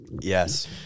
yes